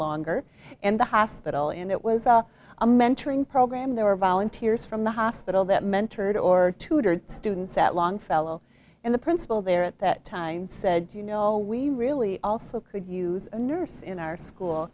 longer in the hospital and it was so a mentoring program there were volunteers from the hospital that mentored or tutored students at longfellow and the principal there at that time said you know we really also could use a nurse in our school